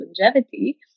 longevity